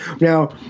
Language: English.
Now